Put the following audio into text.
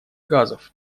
газов